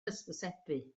hysbysebu